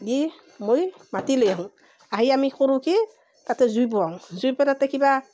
দি মই মাতি লৈ আহোঁ আহি আমি সৰুকৈ তাতে জুই ফুৱাওঁ জুই ফুৱাই তাতে কিবা